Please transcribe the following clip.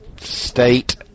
State